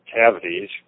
cavities